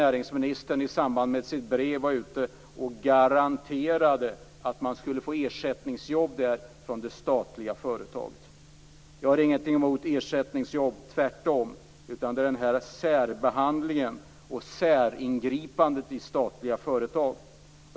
Näringsministern var ju i samband med sitt brev ute och garanterade att man skulle få ersättningsjobb från det statliga företaget. Jag har ingenting emot ersättningsjobb, tvärtom. Men det är särbehandlingen och säringripandet i statliga företag som jag tänker på.